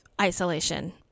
isolation